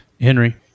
Henry